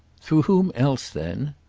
through whom else then?